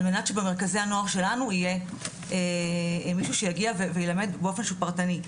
על מנת שבמרכזי הנוער שלנו יהיה מישהו שיגיע וילמד באופן שהוא פרטני.